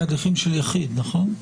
בהליכים של יחיד, נכון?